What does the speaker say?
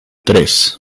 tres